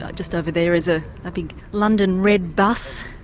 ah just over there is a big london red bus,